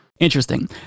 Interesting